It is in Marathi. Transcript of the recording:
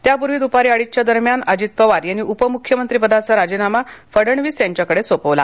त्यापूर्वी दुपारी अडीचच्या दरम्यान अजित पवार यांनी उपमुख्यमंत्रीपदाचा राजीनामा फडणवीस यांच्याकडे सोपविला